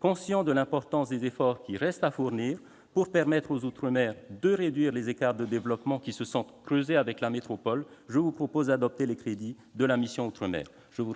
conscient de l'importance des efforts qui restent à fournir pour permettre aux outre-mer de réduire les écarts de développement qui se sont creusés avec la métropole, je vous propose d'adopter les crédits de la mission « Outre-mer ». La